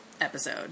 episode